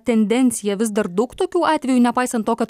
tendenciją vis dar daug tokių atvejų nepaisant to kad